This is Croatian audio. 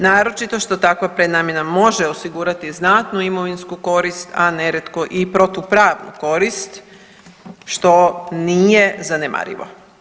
Naročito što takva prenamjena može osigurati znatnu imovinsku koristi, a nerijetko i protupravnu korist, što nije zanemarivo.